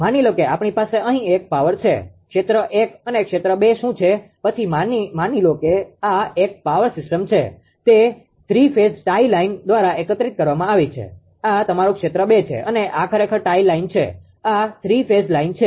માની લો કે આપણી પાસે અહીં એક પાવર સિસ્ટમ છે ક્ષેત્ર 1 અને ક્ષેત્ર 2 શું છે પછી માનો કે આ એક પાવર સિસ્ટમ છે તે થ્રી ફેઝ ટાઇ લાઈન દ્વારા એકત્રિત કરવામાં આવી છે આ તમારું ક્ષેત્ર 2 છે અને આ ખરેખર ટાઇ લાઇન છે આ થ્રી ફેઝ લાઈન છે